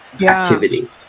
activity